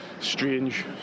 Strange